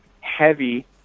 heavy